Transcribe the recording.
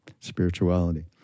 Spirituality